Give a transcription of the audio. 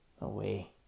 Away